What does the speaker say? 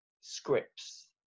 scripts